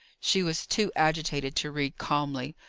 she was too agitated to read calmly,